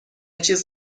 چیز